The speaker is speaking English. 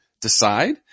decide